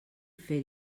fer